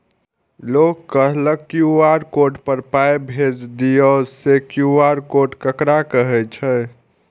लोग कहलक QR code पर पाय भेज दियौ से क्यू.आर कोड ककरा कहै छै?